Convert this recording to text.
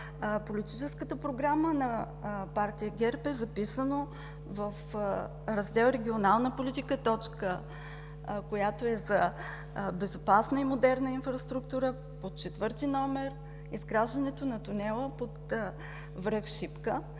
Политическата програма на партия ГЕРБ е записано в раздел „Регионална политика“, в точка 4, която е за безопасна и модерна инфраструктура, за изграждането на тунела под връх Шипка.